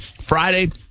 Friday